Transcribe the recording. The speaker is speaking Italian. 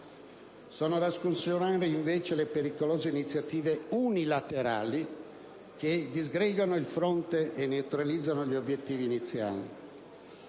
Sono da scongiurare, invece, le pericolose iniziative unilaterali, che disgregano il fronte e neutralizzano gli obiettivi iniziali.